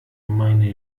meine